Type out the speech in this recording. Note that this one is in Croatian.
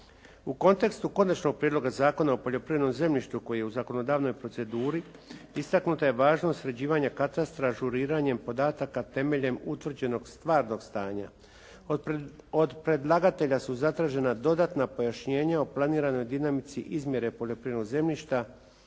U kontekstu konačnog prijedloga Zakona o poljoprivrednom zemljištu koji je u zakonodavnoj proceduri istaknuta je važnost sređivanja katastra, ažuriranjem podataka temeljem utvrđenog stvarnog stanja. Od predlagatelja su zatražena dodatna pojašnjenja o planiranoj dinamici izmjere poljoprivrednog zemljišta,